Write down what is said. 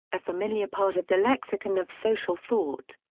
a familiar part of the lexicon of social thought.